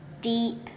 deep